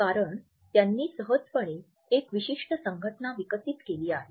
कारण त्यांनी सहजपणे एक विशिष्ट संघटना विकसित केली आहे